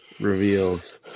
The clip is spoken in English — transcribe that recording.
reveals